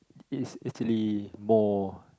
is Italy more